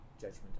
judgment